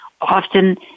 often